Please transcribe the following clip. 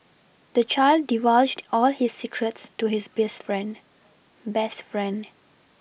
the child divulged all his secrets to his beast friend best friend